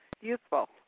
useful